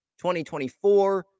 2024